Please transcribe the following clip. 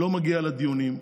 לא מגיעה לדיונים.